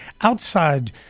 Outside